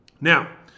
Now